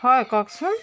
হয় কওঁকচোন